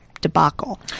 debacle